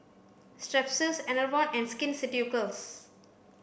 Strepsils Enervon and Skin Ceuticals